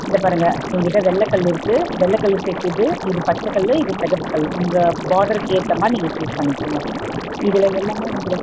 இந்த பாருங்கள் எங்கிட்ட வெள்ளைக் கல் இருக்குது வெள்ளைக் கல் செட்டு இது இது பச்சைக் கல் இது சிகப்புக் கல் உங்கள் பார்டருக்கு ஏற்ற மாதிரி நீங்கள் சூஸ் பண்ணிக்கோங்கள் இதில் எல்லாமே ரெண்டு ரெண்டு